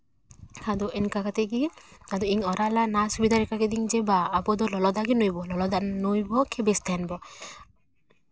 ᱟᱫᱚ ᱚᱱᱠᱟ ᱠᱟᱛᱮ ᱜᱮ ᱟᱫᱚ ᱤᱧ ᱚᱲᱟᱜ ᱨᱮᱱᱟᱜ ᱥᱩᱵᱤᱫᱷᱟ ᱠᱮᱫᱟᱧ ᱡᱮ ᱵᱟ ᱟᱵᱚ ᱫᱚ ᱞᱚᱞᱚ ᱫᱟᱜ ᱜᱮ ᱧᱩᱭ ᱟᱵᱚᱱ ᱞᱚᱞᱚ ᱫᱟᱜ ᱱᱩᱭ ᱟᱵᱚ ᱵᱮᱥ ᱛᱟᱦᱮᱸ ᱱᱟᱵᱚ